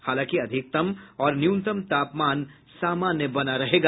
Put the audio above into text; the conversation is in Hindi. हालांकि अधिकतम और न्यूनतम तापमान सामान्य बना रहेगा